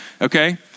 okay